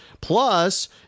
Plus